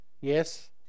Yes